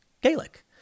Gaelic